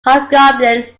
hobgoblin